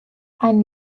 ein